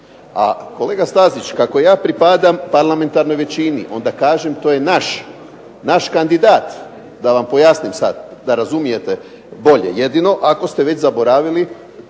A kolega Stazić kako ja pripadam parlamentarnoj većini, onda kažem to je naš kandidat, da vam pojasnim sada, da razumijete bolje, jedino ako ste već zaboravili